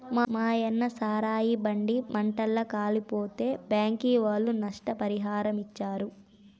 మాయన్న సారాయి బండి మంటల్ల కాలిపోతే బ్యాంకీ ఒళ్ళు నష్టపరిహారమిచ్చారు